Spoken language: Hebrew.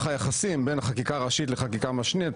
היחסים בין החקיקה הראשית לחקיקה המשנית,